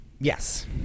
Yes